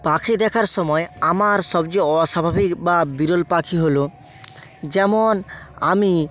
পাখি দেখার সময় আমার সবচেয়ে অস্বাভাবিক বা বিরল পাখি হলো যেমন আমি